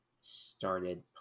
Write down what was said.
started